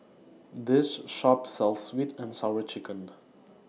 This Shop sells Sweet and Sour Chicken